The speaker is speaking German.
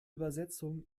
übersetzung